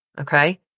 Okay